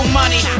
money